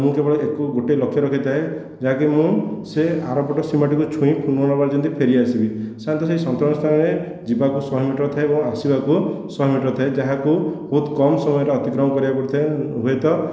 ମୁଁ କେବଳ ୟାକୁ ଗୋଟିଏ ଲକ୍ଷ ରଖିଥାଏ ଯାହାକି ମୁଁ ସେ ଆରପଟ ସୀମାଟିକୁ ଛୁଇଁ ପୁନର୍ବାର ଯେମିତି ଫେରିଆସିବି ସାଧାରଣତଃ ସେହି ସନ୍ତରଣ ସ୍ଥାନରେ ଯିବାକୁ ଶହେ ମିଟର ଥାଏ ଏବଂ ଆସିବାକୁ ଶହେ ମିଟର ଥାଏ ଯାହାକୁ ବହୁତ କମ ସମୟରେ ଅତିକ୍ରମ କରିବାକୁ ପଡ଼ିଥାଏ ହୁଏ ତ